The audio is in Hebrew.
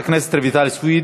חברת הכנסת רויטל סויד,